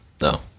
No